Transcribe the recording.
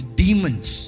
demons